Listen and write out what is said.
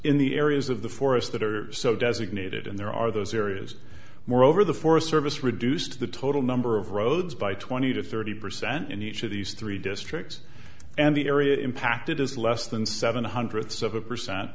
in the areas of the forests that are so designated and there are those areas moreover the forest service reduced the total number of roads by twenty to thirty percent in each of these three districts and the area impacted is less than seven hundred ths of a percent